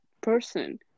person